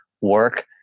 Work